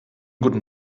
guten